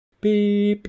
beep